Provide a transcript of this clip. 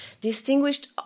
distinguished